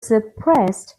suppressed